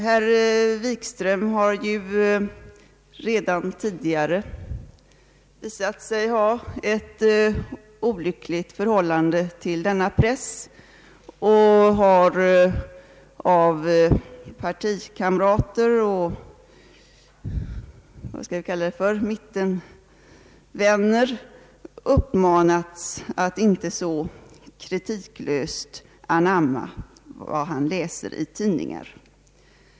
Herr Wikström har ju redan tidigare visat sig ha ett olyckligt förhållande till pressen och har av partikamrater och mittenvänner uppmanats att inte så kritiklöst anamma vad han läser i tidningar.